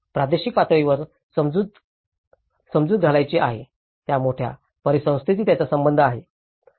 प्रादेशिक पातळीवर समजूत घालायची आहे त्या मोठ्या परिसंस्थेशी त्याचा संबंध आहे